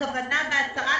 כוונה והצהרה,